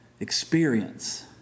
Experience